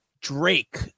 drake